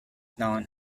known